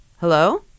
Hello